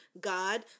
god